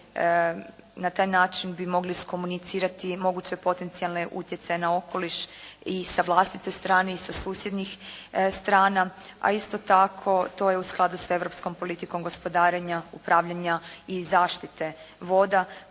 na taj način bi mogli iskomunicirati moguće potencijalne utjecaje na okoliš i sa vlastite strane i sa susjednih strana a isto tako to je u skladu sa europskom politikom gospodarenja, upravljanja i zaštite voda